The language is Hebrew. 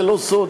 זה לא סוד,